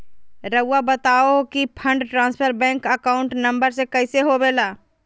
रहुआ बताहो कि fund transfer bank account number में कैसे होबेला?